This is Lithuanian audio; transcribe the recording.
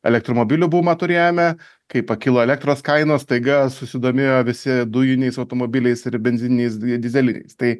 elektromobilių bumą turėjome kai pakilo elektros kainos staiga susidomėjo visi dujiniais automobiliais ir benzininiais dyzeliniais tai